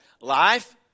Life